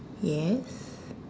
yes